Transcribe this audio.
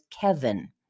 Kevin